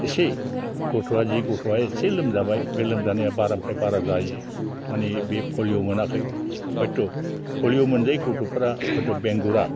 एसे गथ'आ जि गथ'आ एसे लोमजाबाय बे लोमजानाया बारानिफ्राय बारा जायो माने बे पलिअ मोनाखै हयथ पलिअ मोनजायै गथ'फ्रा हयथ बेंगुरा